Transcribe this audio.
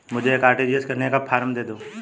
मुझे एक आर.टी.जी.एस करने का फारम दे दो?